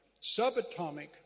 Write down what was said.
Subatomic